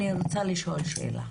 אני רוצה לשאול שאלה.